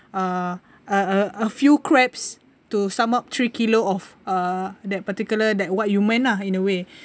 uh a a a few crabs to sum up three kilo of uh that particular that what you meant lah in a way